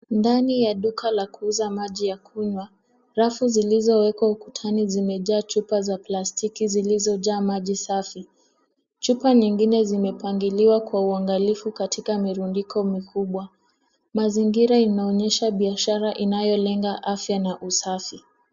Ndani ya duka la kuuza maji ya kunywa, rafu zilizowekwa ukutani zimejaa chupa za plastiki zilizojaa maji safi. Chupa nyingine zimepangiliwa kwa uangalifu katika mirundiko mikubwa. Mazingira inaonyesha biashara inayolenga afya na usafi.